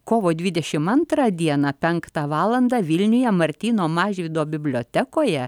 kovo dvidešim antrą dieną penktą valandą vilniuje martyno mažvydo bibliotekoje